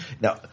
Now